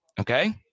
Okay